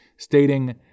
stating